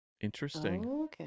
interesting